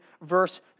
verse